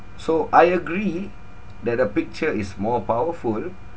so I agree that a picture is more powerful